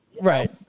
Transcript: Right